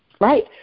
right